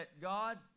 God